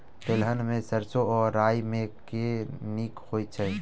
तेलहन मे सैरसो आ राई मे केँ नीक होइ छै?